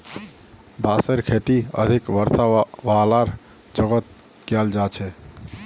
बांसेर खेती अधिक वर्षा वालार जगहत कियाल जा छेक